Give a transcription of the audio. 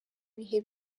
ibihe